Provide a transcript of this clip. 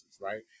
right